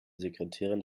sekretärin